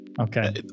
Okay